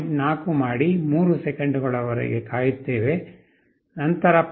4 ಮಾಡಿ 3 ಸೆಕೆಂಡುಗಳವರೆಗೆ ಕಾಯುತ್ತೇವೆ ನಂತರ 0